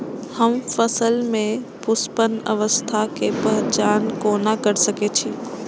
हम फसल में पुष्पन अवस्था के पहचान कोना कर सके छी?